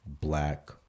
black